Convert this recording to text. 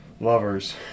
lovers